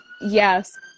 Yes